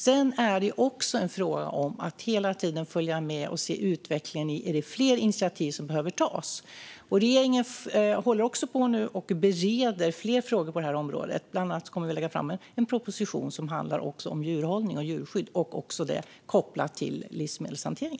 Sedan är det fråga om att hela tiden följa utvecklingen och se om det behöver tas fler initiativ. Regeringen bereder nu flera frågor på området. Bland annat kommer vi att lägga fram en proposition som ska handla om djurhållning och djurskydd kopplat till livsmedelshantering.